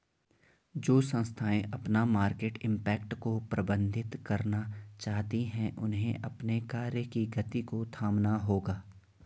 जो संस्थाएं अपना मार्केट इम्पैक्ट को प्रबंधित करना चाहती हैं उन्हें अपने कार्य की गति को थामना होगा